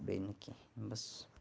بیٚیہِ نہٕ کِہیٖنۍ بَس